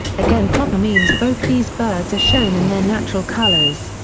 again proper means both these birds are shown in their natural colours.